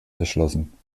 erschlossen